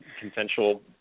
consensual